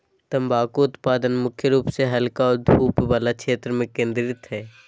तम्बाकू उत्पादन मुख्य रूप से हल्का और धूप वला क्षेत्र में केंद्रित हइ